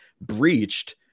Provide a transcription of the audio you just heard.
breached